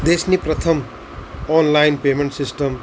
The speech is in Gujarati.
દેશની પ્રથમ ઓનલાઈન પેમેન્ટ સિસ્ટમ